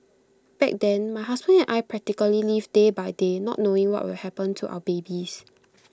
back then my husband and I practically lived day by day not knowing what will happen to our babies